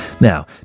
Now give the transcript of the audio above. Now